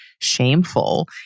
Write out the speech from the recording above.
shameful